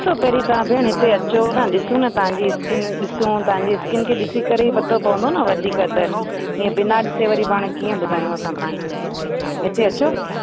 ॾिसो तव्हां पहिरीं भेण हिते अचो न ॾिसूं न तव्हांजी स्किन ॾिसूं तव्हांजी स्किन खे ॾिसी करे ई पतो पवंदो न वधीक त ईअं बिना ॾिसे वरी पाण कीअं ॿुधायूं असां तव्हांखे हिते अचो